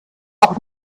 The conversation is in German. auch